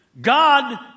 God